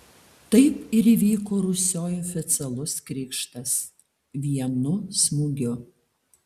taip ir įvyko rusioj oficialus krikštas vienu smūgiu